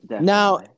Now